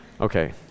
Okay